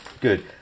good